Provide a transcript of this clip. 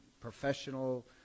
professional